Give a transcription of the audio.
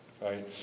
Right